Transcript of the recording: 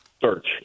search